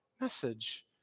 message